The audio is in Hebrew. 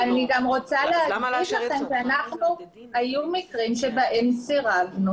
אני גם רוצה לומר לכם שהיו מקרים בהם סירבנו